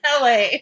LA